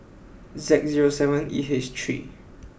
Z zero seven E H three